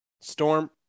Storm